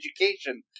education